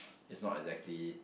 it's not exactly